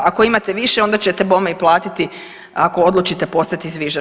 Ako imate više onda ćete bome i platiti ako odlučite postati zviždač.